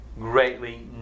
greatly